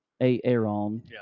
Aaron